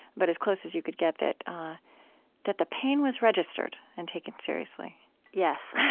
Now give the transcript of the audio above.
but as close as you could get, that that the pain was registered and taken seriously yes,